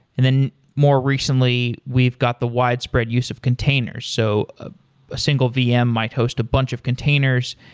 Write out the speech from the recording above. and then more recently, we've got the widespread use of containers. so ah a single vm might host a bunch of containers.